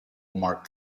marked